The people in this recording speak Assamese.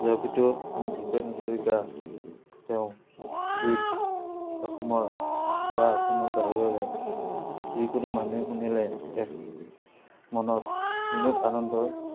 আমি ভূপেন হাজৰিকা তেওঁ গীত অসমৰ বা অসমৰ বাহিৰৰে যিকোনো মানুহে শুনিলে এক মনত বিনোদ আনন্দ